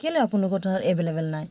কেলেই আপোনালোকৰ তাত এভেইলেবল নাই